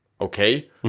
okay